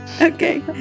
Okay